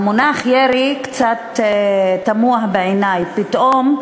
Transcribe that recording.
המונח ירי קצת תמוה בעיני, פתאום,